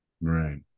Right